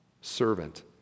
servant